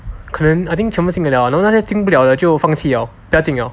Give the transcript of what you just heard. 可能 I think 全部进的了那些进不了的就放弃了不要进了